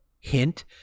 hint